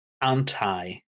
anti